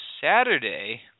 Saturday